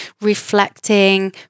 reflecting